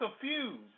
confused